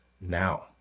now